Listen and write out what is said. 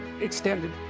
extended